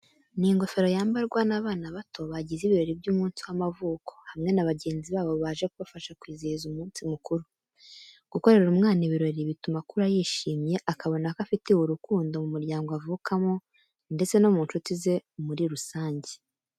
Ni ingofero yambarwa n'abana bato bagize ibirori by'umunsi w'amavuko, hamwe na bagenzi babo baje kubafasha kwizihiza umunsi mukuru. Gukorera umwana ibirori bituma akura yishimye, akabona ko afitiwe urukundo mu muryango avukamo ndetse no mu nshuti ze muri rusange.